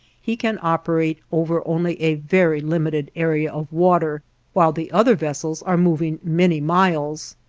he can operate over only a very limited area of water while the other vessels are moving many miles.